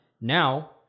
now